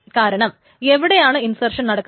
കാരണം എവിടെയാണ് ഇൻസേക്ഷൻ നടക്കുന്നത്